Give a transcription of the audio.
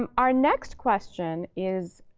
um our next question is,